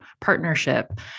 partnership